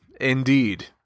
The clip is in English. indeed